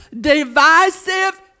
divisive